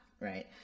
right